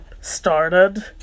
started